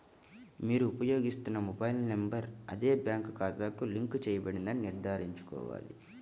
మీరు ఉపయోగిస్తున్న mobile number అదే బ్యాంక్ ఖాతాకు లింక్ చేయబడిందని నిర్ధారించుకోవాలి